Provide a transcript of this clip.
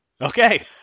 Okay